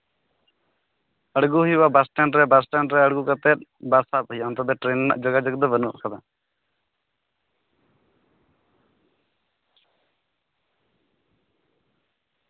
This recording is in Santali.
ᱟᱬᱜᱚ ᱦᱩᱭᱩᱜᱼᱟ ᱵᱟᱥᱴᱮᱱᱰ ᱨᱮ ᱵᱟᱥᱪᱮᱱᱰ ᱨᱮ ᱟᱬᱜᱚ ᱠᱟᱛᱮᱫ ᱵᱟᱥ ᱥᱟᱵ ᱦᱩᱭᱩᱜᱼᱟ ᱟᱱᱛᱮ ᱫᱚ ᱴᱨᱮᱹᱱ ᱨᱮᱱᱟᱜ ᱡᱳᱜᱟᱡᱳᱜᱽ ᱫᱚ ᱵᱟᱹᱱᱩᱜ ᱠᱟᱫᱟ